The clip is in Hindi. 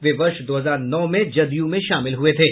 वे वर्ष दो हजार नौ में जदयू में शामिल हुए थे